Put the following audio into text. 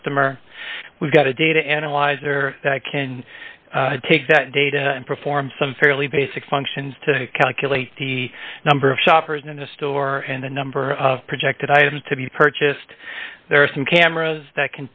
customer we've got a data analyzer that can take that data and perform some fairly basic functions to calculate the number of shoppers in the store and the number of projected items to be purchased there are some cameras that